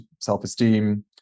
self-esteem